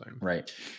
Right